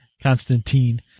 Constantine